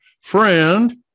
friend